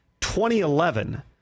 2011